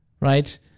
right